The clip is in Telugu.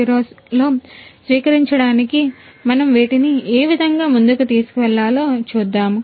0 లో స్వీకరించడానికి మనము వీటిని ఏ విధముగా ముందుకు తీసుకు వెళ్ళాలో చూద్దాము